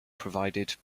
provided